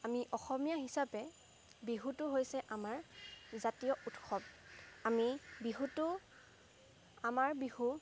আমি অসমীয়া হিচাপে বিহুটো হৈছে আমাৰ জাতীয় উৎসৱ আমি বিহুটো আমাৰ বিহু